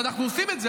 ואנחנו עושים את זה,